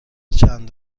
چند